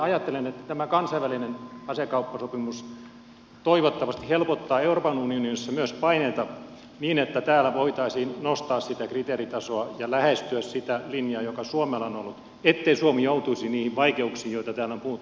ajattelen että tämä kansainvälinen asekauppasopimus toivottavasti helpottaa myös euroopan unionissa paineita niin että täällä voitaisiin nostaa sitä kriteeritasoa ja lähestyä sitä linjaa joka suomella on ollut ettei suomi joutuisi niihin vaikeuksiin joista täällä on puhuttu